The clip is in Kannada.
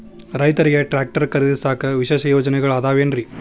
ರೈತರಿಗೆ ಟ್ರ್ಯಾಕ್ಟರ್ ಖರೇದಿಸಾಕ ವಿಶೇಷ ಯೋಜನೆಗಳು ಅದಾವೇನ್ರಿ?